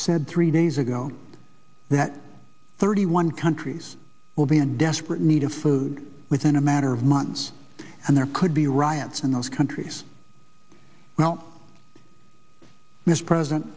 said three days ago that thirty one countries will be in desperate need of food within a matter of months and there could be riots in those countries now mr president